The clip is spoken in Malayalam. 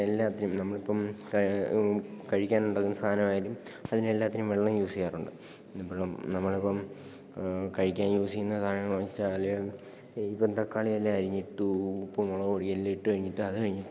എല്ലാത്തിനും നമ്മളിപ്പോള് കഴിക്കാനുണ്ടാക്കുന്ന സാധനമായാലും അതിനെല്ലാത്തിനും വെള്ളം യൂസെയ്യാറുണ്ട് ഇപ്പോഴും നമ്മളിപ്പോള് കഴിക്കാൻ യൂസ്സേയ്ന്ന സാധനങ്ങലൊഴിച്ചാല് ഈ ഇപ്പോള് തക്കാളിയെല്ലാം അരിഞ്ഞിട്ടു ഉപ്പും മുളകു പൊടിയെല്ലാമിട്ടു കഴിഞ്ഞിട്ട് അതു കഴിഞ്ഞിട്ട്